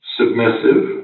submissive